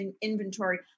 inventory